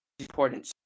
Important